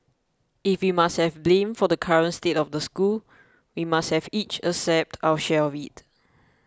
if we must have blame for the current state of the school we must have each accept our share of it